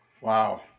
Wow